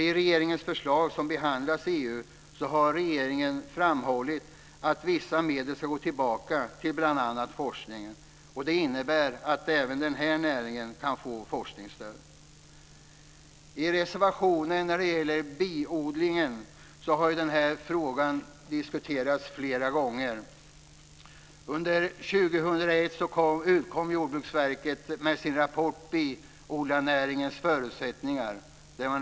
I regeringens förslag som behandlas i EU så har regeringen framhållit att vissa medel ska gå tillbaka till bl.a. forskning. Det innebär att även denna näring kan få forskningsstöd. När det gäller biodling så har denna fråga diskuterats ett flertal gånger.